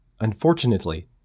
Unfortunately